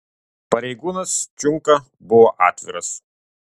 pareigūnas čiunka buvo atviras